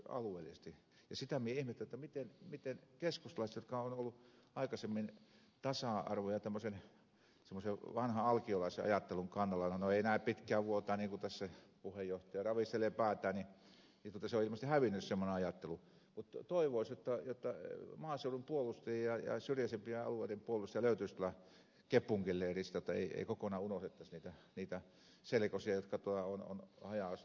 ja sitä minä ihmettelen jotta miten keskustalaisista jotka ovat olleet aikaisemmin tasa arvon ja semmoisen vanhan alkiolaisen ajattelun kannalla no ei enää pitkään niin kuin tuossa valiokunnan puheenjohtaja ravistelee päätään se semmoinen ajattelu on ilmeisesti hävinnyt mutta toivoisin jotta maaseudun puolustajia ja syrjäisempien alueiden puolustajia löytyisi täältä kepunkin leiristä jotta ei kokonaan unohdettaisi niitä selkosia jotka tuolla ovat haja asutusalueella